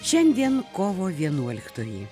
šiandien kovo vienuoliktoji